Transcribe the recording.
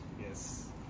Yes